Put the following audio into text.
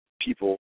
people